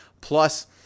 Plus